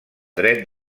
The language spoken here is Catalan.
dret